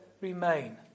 remain